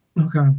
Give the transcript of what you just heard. okay